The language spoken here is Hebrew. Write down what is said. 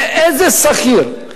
לאיזה שכיר,